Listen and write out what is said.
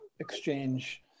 exchange